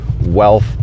wealth